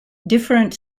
different